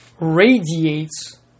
radiates